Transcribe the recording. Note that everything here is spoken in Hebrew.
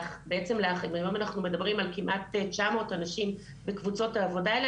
בעצם היום אנחנו מדברים על כמעט תשע מאות אנשים בקבוצות העבודה האלה,